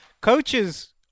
coaches –